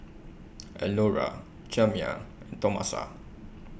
Elnora Jamya Tomasa